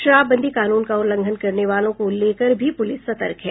शराबबंदी कानून का उल्लंघन करने वालों को लेकर भी पुलिस सतर्क है